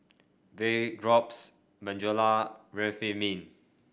Vapodrops Bonjela Remifemin